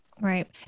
Right